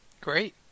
great